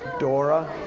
dora.